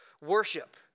worship